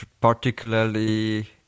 particularly